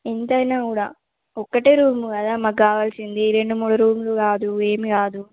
ఎంత అయిన కూడా ఒక రూమ్ కదా మాకు కావాలిసింది రెండు మూడు రూమ్లు కాదు ఏమి కాదు